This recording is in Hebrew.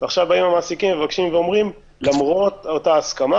ועכשיו באים המעסיקים ואומרים: למרות אותה הסכמה,